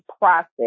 process